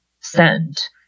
sent